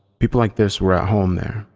people like this were at home there,